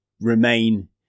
remain